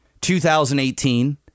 2018